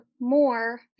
more